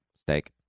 steak